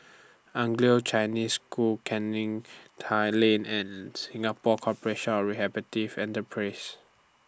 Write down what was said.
Anglo Chinese School Canning Tai Lane and Singapore Corporation of Rehabilitative Enterprises